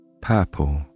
purple